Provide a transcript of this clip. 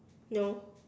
no